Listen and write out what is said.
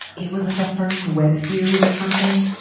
it was like the first web series or something.